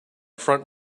front